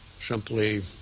simply